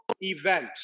event